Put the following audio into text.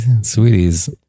sweeties